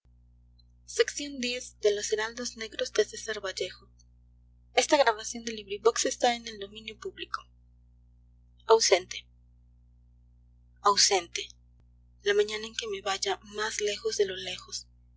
un adiós ausente la mañana en que me vaya mas lejos de lo lejos